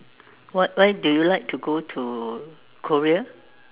what why do you like to go to Korea